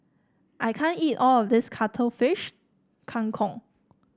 I can't eat all of this Cuttlefish Kang Kong